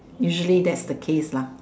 usually that's the case lah